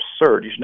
absurd